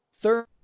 Third